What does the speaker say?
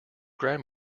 grand